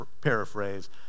paraphrase